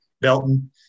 Belton